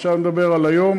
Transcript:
עכשיו אני מדבר על היום,